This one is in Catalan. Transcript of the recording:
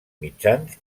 mitjans